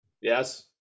Yes